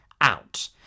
out